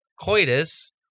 coitus